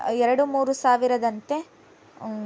ಎರಡು ಮೂರು ಸಾವಿರದಂತೆ